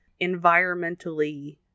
environmentally